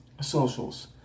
socials